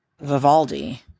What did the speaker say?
Vivaldi